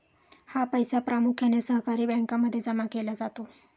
हा पैसा प्रामुख्याने सहकारी बँकांमध्ये जमा केला जातो